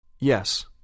Yes